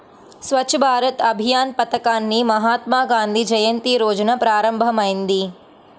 స్వచ్ఛ్ భారత్ అభియాన్ పథకాన్ని మహాత్మాగాంధీ జయంతి రోజున ప్రారంభమైంది